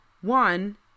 One